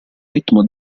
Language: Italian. ritmo